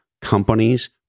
companies